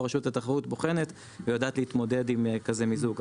רשות התחרות בוחנת ויודעת להתמודד עם כזה מיזוג.